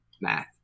math